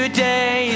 Today